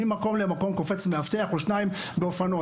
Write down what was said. ממקום למקום קופץ מאבטח או שניים באופנוע.